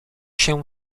się